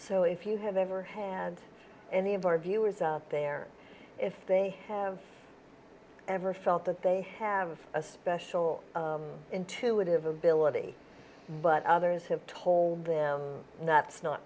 so if you have ever had and and the of our viewers out there if they have ever felt that they have a special intuitive ability but others have told them nuts not